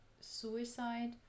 suicide